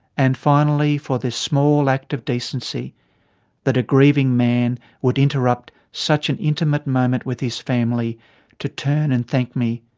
and finally for this small act of decency that a grieving man would interrupt such an intimate moment with his family to turn and thank me.